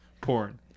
porn